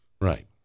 Right